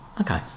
okay